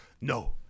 no